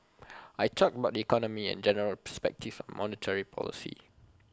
I talked about the economy and general perspectives on monetary policy